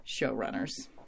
showrunners